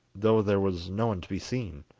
though there was no one to be seen.